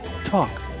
Talk